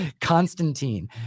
constantine